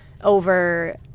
over